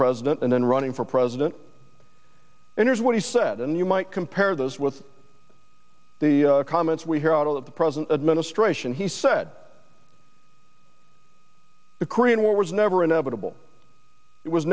president and then running for president enters what he said and you might compare those with the comments we hear out of the present administration he said the korean war was never inevitable it was